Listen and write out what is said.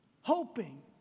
hoping